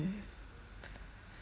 mm